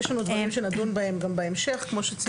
יש לנו דברים שנדון בהם גם בהמשך כמו שציינו.